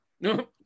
No